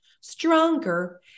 stronger